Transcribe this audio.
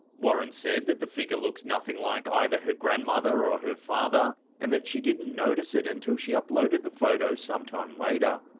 warren said that the figure looks nothing like either her grandmother, or her father, and that she didn't notice it until she uploaded the photo sometime later.